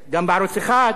גם בערוץ-2?